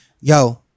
yo